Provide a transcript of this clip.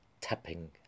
tapping